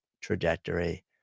trajectory